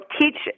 teach